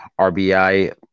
RBI